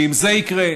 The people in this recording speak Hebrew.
ואם זה יקרה,